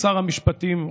שר המשפטים,